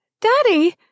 Daddy-